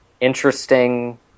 interesting